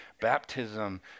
Baptism